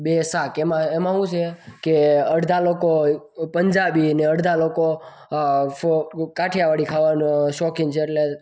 બે શાક એમાં શું છે કે અડધા લોકો પંજાબી ને અડધા લોકો કાઠિયાવાડી ખાવાના શોખિન છે એટલે